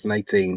2018